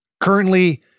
Currently